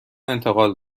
انتقال